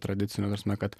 tradiciniu ta prasme kad